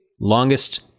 longest